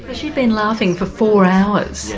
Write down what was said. but she'd been laughing for four hours?